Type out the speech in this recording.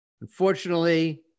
Unfortunately